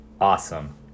awesome